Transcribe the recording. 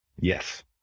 yes